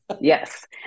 Yes